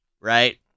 right